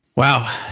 wow,